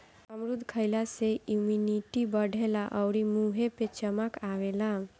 अमरूद खइला से इमुनिटी बढ़ेला अउरी मुंहे पे चमक आवेला